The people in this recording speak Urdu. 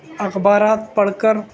اخبارات پڑھ کر